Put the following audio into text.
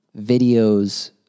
videos